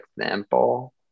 example